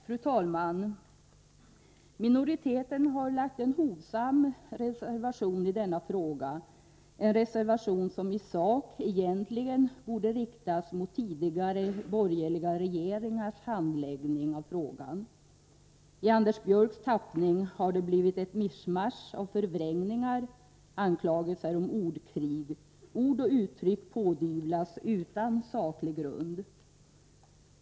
Fru talman! Minoriteten har fogat en hovsam reservation till betänkandet när det gäller denna fråga, en reservation som i sak egentligen borde riktas mot tidigare borgerliga regeringars handläggning av frågan. I Anders Björcks tappning har det blivit ett mischmasch av förvrängningar — anklagelser om ordkrig, ord och uttryck pådyvlas de berörda utan saklig grund.